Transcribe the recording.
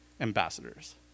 ambassadors